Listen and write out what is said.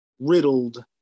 riddled